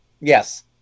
Yes